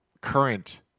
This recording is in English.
Current